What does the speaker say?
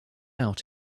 out